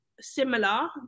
similar